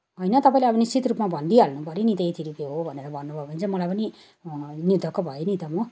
होइन तपाईँले अब निश्चित रूपमा भनिदिई हाल्नुपऱ्यो नि त यति रुपियाँ हो भनेर भन्नुभयो भने चाहिँ मलाई पनि निर्धक्क भएँ नि त म